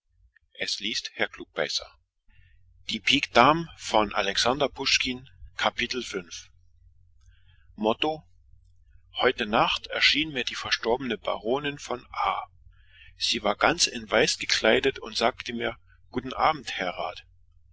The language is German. auf die straße führte in dieser nacht erschien mir die verstorbene baronesse von w sie war ganz in weiß und sagte mir guten tag herr